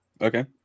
Okay